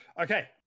Okay